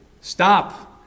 Stop